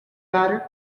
matter